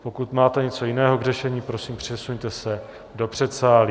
Pokud máte něco jiného k řešení, prosím přesuňte se do předsálí.